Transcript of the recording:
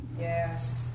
Yes